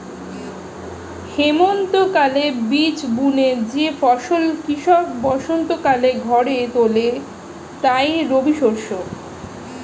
হেমন্তকালে বীজ বুনে যে ফসল কৃষক বসন্তকালে ঘরে তোলে তাই রবিশস্য